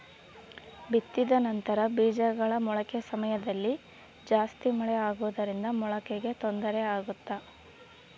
ಬಿತ್ತಿದ ನಂತರ ಬೇಜಗಳ ಮೊಳಕೆ ಸಮಯದಲ್ಲಿ ಜಾಸ್ತಿ ಮಳೆ ಆಗುವುದರಿಂದ ಮೊಳಕೆಗೆ ತೊಂದರೆ ಆಗುತ್ತಾ?